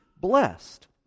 blessed